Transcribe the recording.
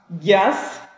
Yes